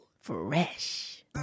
Fresh